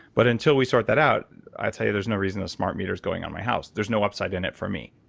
but, until we sort that out, i'd say there's no reason a smart meter's going on my house. there's no upside in it for me.